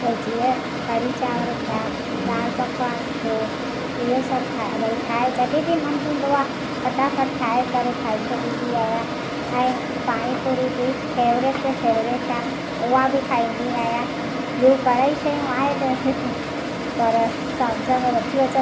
भई जीअं कड़ी चांवर थिया दालि पकवान थियो इहो सभु खाए वेही ठाहे जॾहिं बि मनु थींदो आहे फटाफट ठाहे करे खाई छॾींदी आहियां ऐं पाणी पुरी बि फेवरेट में फेवरेट आहे उहा बि खाईंदी आहियां ॿियूं घणे ई शयूं आहिनि पर सम्झ में न थियूं अचनि